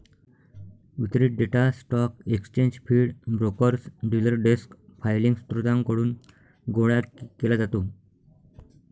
वितरित data stock exchange feed, brokers, dealer desk filing स्त्रोतांकडून गोळा केला जातो